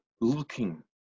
looking